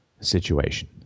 situation